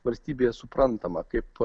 valstybėje suprantama kaip